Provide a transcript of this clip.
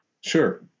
Sure